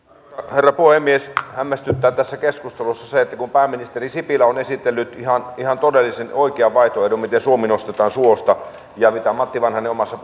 herra puhemies hämmästyttää tässä keskustelussa se että kun pääministeri sipilä on esitellyt ihan ihan todellisen oikean vaihtoehdon miten suomi nostetaan suosta ja mitä matti vanhanen omassa